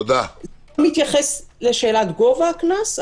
זה לא מתייחס לשאלת גובה הקנס,